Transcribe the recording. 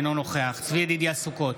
אינו נוכח צבי ידידיה סוכות,